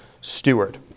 steward